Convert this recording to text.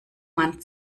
man